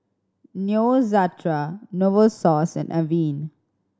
Neostrata Novosource and Avene